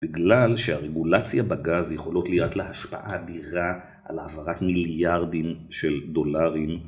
בגלל שהרגולציה בגז יכולות להיות להשפעה אדירה על העברת מיליארדים של דולרים.